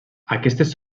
aquestes